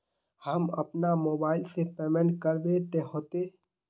हम अपना मोबाईल से पेमेंट करबे ते होते?